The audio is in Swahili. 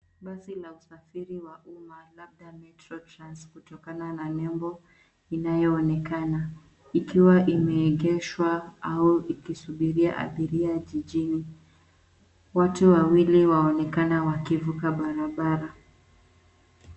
Basi la usafiri wa umma labda metro trans kutokana na nembo inayoonekana, ikiwa imeegeshwa au ikisubiria abiria jijini. Watu wawili waonekana wakivuka barabara.